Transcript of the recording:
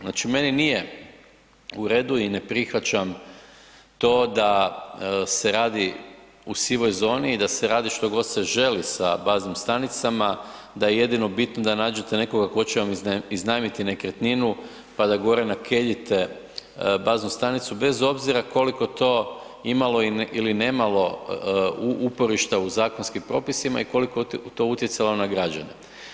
Znači, meni nije u redu i ne prihvaćam to da se radi u sivoj zoni i da se radi što god se želi sa baznim stanicama, da je jedino bitno da nađete nekoga tko će vam iznajmiti nekretninu pa da gore nakeljite baznu stanicu bez obzira koliko to imalo ili nemalo uporišta u zakonskim propisima i koliko to utjecalo na građane.